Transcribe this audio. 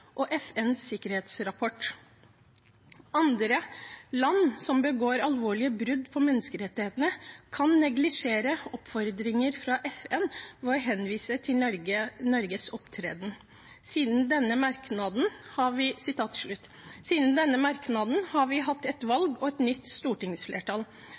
og FNs sikkerhetsrapport. Andre land som begår alvorlige brudd på menneskerettighetene, kan neglisjere oppfordringer fra FN ved å henvise til Norges opptreden.» Siden denne merknaden har vi